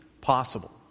possible